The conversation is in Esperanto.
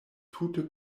tute